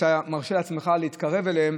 שאתה מרשה לעצמך להתקרב אליהן,